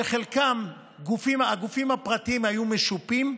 שחלקם, הגופים הפרטיים היו משופים,